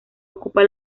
ocupa